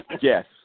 yes